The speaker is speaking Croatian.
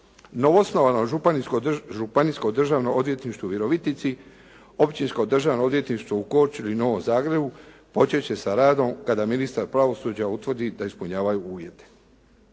Novoosnovano županijsko državno odvjetništvo u Virovitici, općinsko državno odvjetništvo u Korčuli i Novom Zagrebu početi će sa radom kada ministar pravosuđa utvrdi da ispunjavaju uvjete.